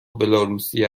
بلاروسی